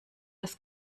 das